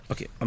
Okay